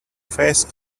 face